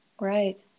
Right